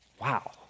Wow